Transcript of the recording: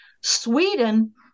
sweden